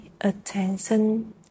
attention